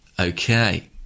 Okay